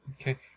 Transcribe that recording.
Okay